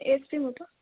H P মোৰটো